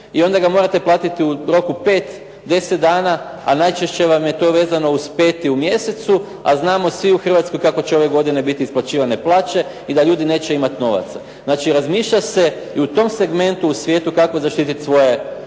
i onda ga morate platiti u roku 5, 10 dana, a najčešće vam je to vezano uz 5. u mjesecu, a znamo svi u Hrvatskoj kako će ove godine biti isplaćivane plaće i da ljudi neće imati novaca. Znači, razmišlja se i u tom segmentu u svijetu kako zaštiti svoje